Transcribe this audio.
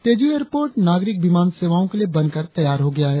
Tezu airport नागरिक विमान सेवाओं के लिए बनकर तैयार हो गया है